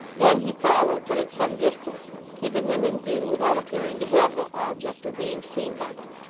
then he followed, but at some distance keeping them in view, without appearing to have that object, or being seen by them.